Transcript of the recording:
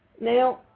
now